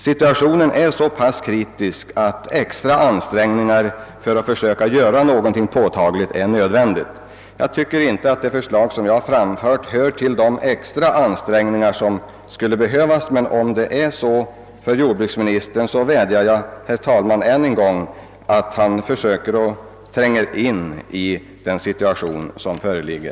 Situationen är så kritisk, att extra ansträngningar för att försöka göra någonting påtagligt är nödvändiga. Jag tycker inte att det förslag jag har framfört hör till de extra ansträngningar som skulle behövas, men om det är så, vädjar jag ännu en gång, herr talman, till jordbruksministern, att han försöker att ingående sätta sig in i den situation som föreligger.